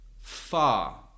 far